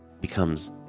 becomes